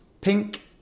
Pink